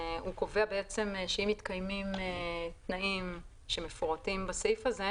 הוא קובע שאם מתקיימים תנאים שמפורטים בסעיף הזה,